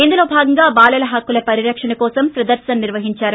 ఇందులో భాగంగా బాలలు హక్కుల పరిరక్షణ కోసం ప్రదర్శనను నిర్వహించారు